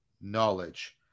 knowledge